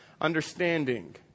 understanding